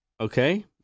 Okay